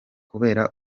kubera